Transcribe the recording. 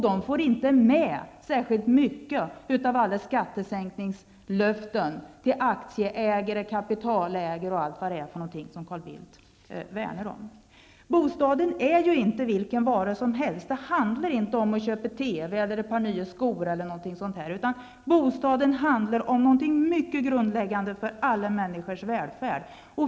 De får inte särskilt mycket med av alla skattesänkningslöften till aktieägare, kapitalägare och andra som Carl Bildt värnar om. Bostaden är ju inte vilken vara som helst. Det handlar inte om att köpa TV, ett par nya skor eller någonting sådant. Bostaden är någonting mycket grundläggande för alla människors välfärd.